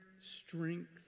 strength